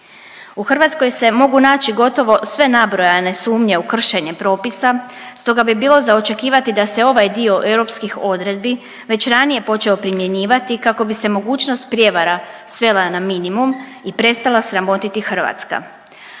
U Hrvatskoj se mogu naći gotovo sve nabrojane sumnje u kršenje propisa stoga bi bilo za očekivati da se ovaj dio europskih odredbi već ranije počeo primjenjivati kako bi se mogućnost prijevara svela na minimum i prestala sramotiti Hrvatska.